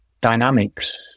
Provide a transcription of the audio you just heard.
dynamics